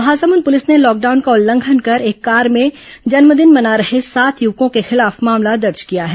Mahasamund police ने lockdown का उल्लंघन कर एक कार में जन्मदिन मना रहे सात युवकों के खिलाफ मामला दर्ज किया है